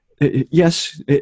Yes